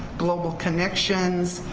global connections,